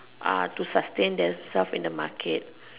uh to sustain themselves in the market